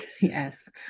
Yes